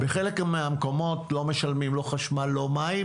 בחלק מהמקומות לא משלמים לא חשמל, לא מים